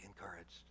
encouraged